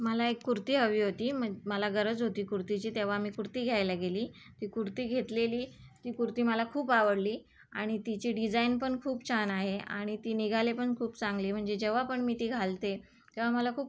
मला एक कुर्ती हवी होती मज् मला गरज होती कुर्तीची तेव्हा मी कुर्ती घ्यायला गेली ती कुर्ती घेतलेली ती कुर्ती मला खूप आवडली आणि तिची डिझायन पण खूप छान आहे आणि ती निघाले पण खूप चांगली म्हणजे जेव्हा पण मी ती घालते तेव्हा मला खूप